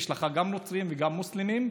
ויש לך גם נוצרים וגם מוסלמים,